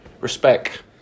respect